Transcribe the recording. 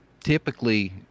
typically